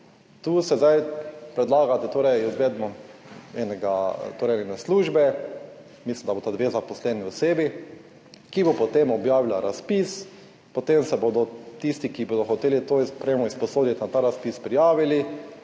Tu zdaj predlagate izvedbo ene službe, mislim, da bosta dve zaposleni osebi, ki bo potem objavila razpis. Potem se bodo tisti, ki si bodo hoteli to opremo izposoditi, na ta razpis prijavili.